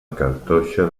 cartoixa